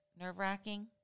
nerve-wracking